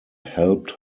helped